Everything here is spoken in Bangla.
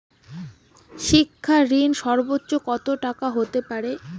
শিক্ষা ঋণ সর্বোচ্চ কত টাকার হতে পারে?